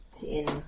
ten